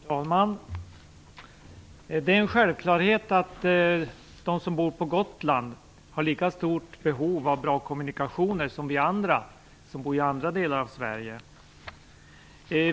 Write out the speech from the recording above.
Fru talman! Det är en självklarhet att de som bor på Gotland har lika stort behov av bra kommunikationer som vi som bor i andra delar av Sverige.